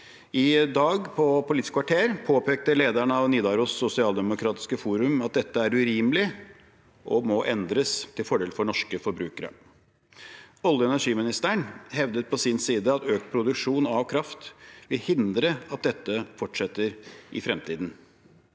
I Politisk kvarter i dag påpekte lederen av Nidaros Sosialdemokratiske Forum at dette er urimelig og må endres til fordel for norske forbrukere. Olje- og energiministeren hevdet på sin side at økt produksjon av kraft vil hindre at dette fortsetter i fremtiden.